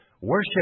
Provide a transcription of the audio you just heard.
Worship